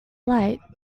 light